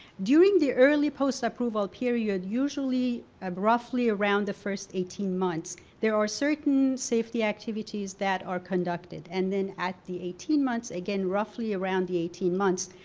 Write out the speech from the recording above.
during the early post-approval period, usually at ah roughly around the first eighteen months there are certain safety activities that are conducted and then at the eighteen months, again roughly around the eighteen months,